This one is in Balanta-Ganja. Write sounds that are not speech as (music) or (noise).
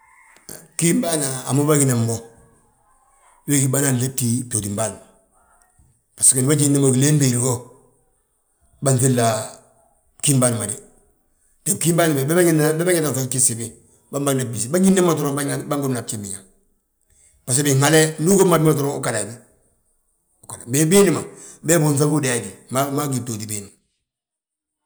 (noise) bgím bâan a mo bâginan bo, we gí bânan lébti btootim bâa ma. Basigo ndi bâñinna gilee béedi go bânŧila gím bâa ma de, bgím bâan be bâjanga ŧagi gjif gsibi. Bân bâana byísi bânyísna mo doroŋ bângóbna a gjif biñaŋ. Baso biin hali he ndu ugób mo a bi ma doroŋ aa ggada a bi. Mee biindi ma beebi unŧagi udaadi, mma bgi btooti biindi ma.